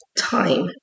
time